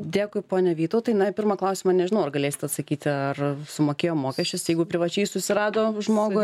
dėkui pone vytautai na į pirmą klausimą nežinau ar galėsit atsakyti ar sumokėjo mokesčius jeigu privačiai susirado žmogų